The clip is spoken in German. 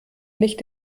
nicht